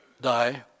die